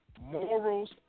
Morals